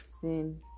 sin